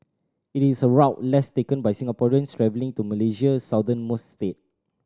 it is a route less taken by Singaporeans travelling to Malaysia's southernmost state